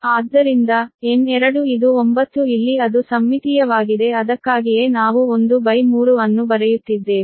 ಆದ್ದರಿಂದ n2 ಇದು 9 ಇಲ್ಲಿ ಅದು ಸಮ್ಮಿತೀಯವಾಗಿದೆ ಅದಕ್ಕಾಗಿಯೇ ನಾವು 1 ಬೈ 3 ಅನ್ನು ಬರೆಯುತ್ತಿದ್ದೇವೆ